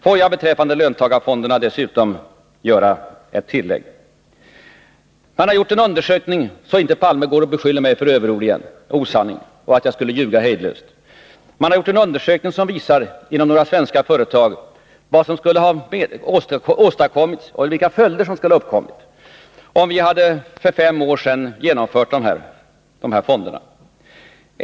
Får jag beträffande löntagarfonder dessutom göra ett tillägg, så att inte Olof Palme igen beskyller mig för att använda överord, tala osanning och ljuga hejdlöst. Man har gjort en undersökning inom några svenska företag som visar vilka följder som skulle ha uppkommit, om vi för fem år sedan hade infört dessa fonder.